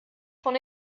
von